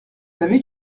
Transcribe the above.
savez